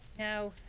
now,